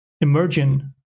emerging